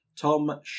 Tom